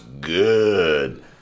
good